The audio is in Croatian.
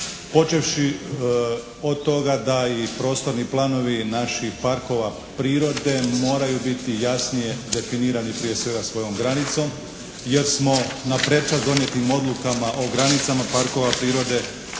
počevši od toga da i prostorni planovi naših parkova prirode moraju biti jasnije definirani prije svega svojom granicom jer smo na prečac donijetim odlukama o granicama parkova prirode